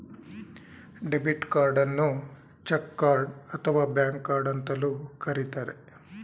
debit ಕಾರ್ಡನ್ನು check card ಅಥವಾ bank card ಅಂತಲೂ ಕರಿತರೆ